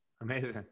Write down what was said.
Amazing